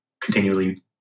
continually